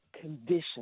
condition